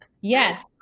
Yes